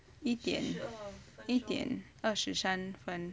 一点二十三分